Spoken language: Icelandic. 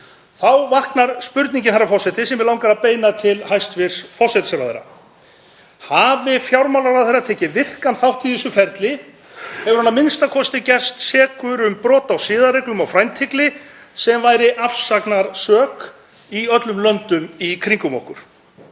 Þá vaknar spurningin, herra forseti, sem mig langar að beina til hæstv. forsætisráðherra: Hafi fjármálaráðherra tekið virkan þátt í þessu ferli, hefur hann a.m.k. gerst sekur um brot á siðareglum og frændhygli sem væri afsagnarsök í öllum löndum í kringum okkur.